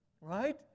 Right